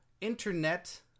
internet